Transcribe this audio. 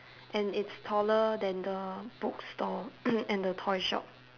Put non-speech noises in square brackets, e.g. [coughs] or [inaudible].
and it's taller than the bookstore [coughs] and the toy shop